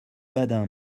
badin